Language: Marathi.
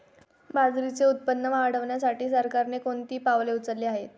बाजरीचे उत्पादन वाढविण्यासाठी सरकारने कोणती पावले उचलली आहेत?